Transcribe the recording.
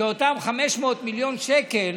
שאותם 500 מיליון שקל